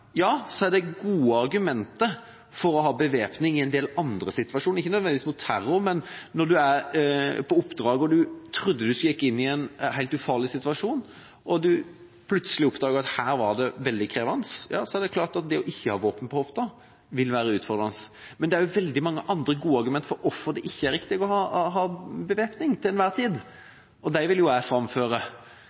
er det gode argumenter for å ha bevæpning i en del situasjoner – ikke nødvendigvis mot terror. Hvis en er på oppdrag og tror en går inn i en helt ufarlig situasjon, og så plutselig oppdager at det er veldig krevende, er det klart at det vil være utfordrende ikke å ha våpen på hofta. Men det er også veldig mange gode argumenter for hvorfor det ikke er riktig å ha bevæpning til enhver tid, og de vil jeg framføre.